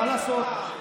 מה לעשות?